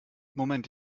moment